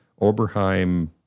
Oberheim